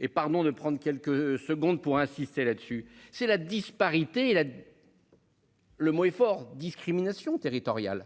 Et pardon de prendre quelques secondes pour insister là-dessus, c'est la disparité là. Le mot effort fort discrimination territoriale.